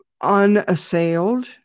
unassailed